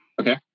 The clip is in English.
Okay